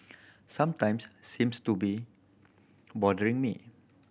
sometimes seems to be bothering me